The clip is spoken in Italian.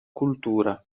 cultura